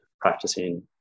practicing